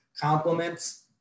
compliments